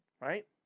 right